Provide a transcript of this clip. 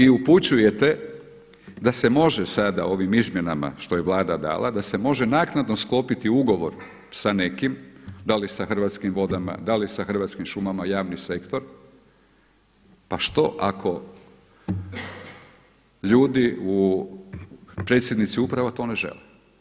I upućujete da se može sada ovim izmjenama što je Vlada dala, da se može naknadno sklopiti ugovor sa nekim da li sa Hrvatskim vodama, da li sa Hrvatskim šumama, javni sektor, pa što ako ljudi predsjednici uprava to ne žele.